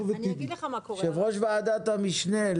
הגיע הזמן באמת שנראה שהוועדה מתכנסת ועוסקת בנושא הזה,